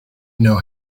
know